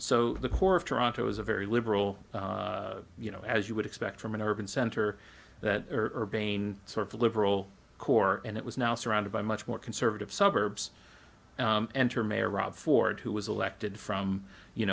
so the core of toronto was a very liberal you know as you would expect from an urban center that herb bain sort of liberal core and it was now surrounded by much more conservative suburbs and her mayor rob ford who was elected from you